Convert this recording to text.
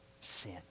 sin